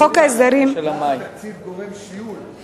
לך התקציב גורם שיעול,